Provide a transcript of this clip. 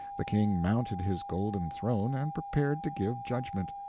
the king mounted his golden throne and prepared to give judgment.